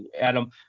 Adam